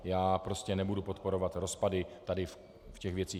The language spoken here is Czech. Já prostě nebudu podporovat rozpady tady v těch věcech.